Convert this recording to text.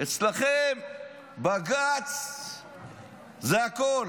אצלכם בג"ץ זה הכול.